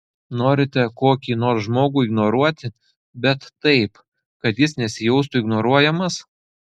norite kokį nors žmogų ignoruoti bet taip kad jis nesijaustų ignoruojamas